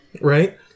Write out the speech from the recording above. right